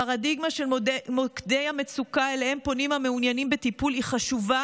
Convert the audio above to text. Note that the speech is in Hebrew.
הפרדיגמה של מוקדי המצוקה שאליהם פונים המעוניינים בטיפול חשובה